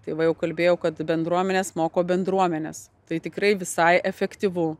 tai va jau kalbėjau kad bendruomenės moko bendruomenes tai tikrai visai efektyvu